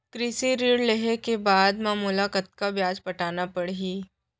कृषि ऋण लेहे के बाद म मोला कतना ब्याज पटाना पड़ही?